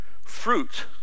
Fruit